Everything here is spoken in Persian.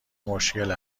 مشکل